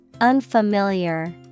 Unfamiliar